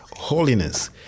holiness